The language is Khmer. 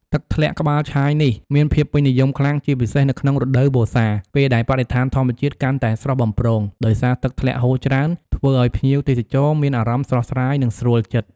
ទឹកធ្លាក់ក្បាលឆាយនេះ មានភាពពេញនិយមខ្លាំង ជាពិសេសនៅក្នុងរដូវវស្សា ពេលដែលបរិស្ថានធម្មជាតិកាន់តែស្រស់បំព្រង ដោយសារទឹកធ្លាក់ហូរច្រេីន ធ្វើឲ្យភ្ញៀវទេសចរមានអារម្មណ៍ស្រស់ស្រាយ និងស្រួលចិត្ត។